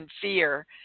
fear